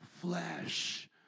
flesh